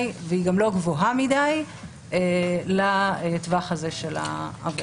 והיא גם לא גבוהה מדי לטווח הזה של העבירות.